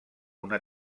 una